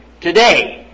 today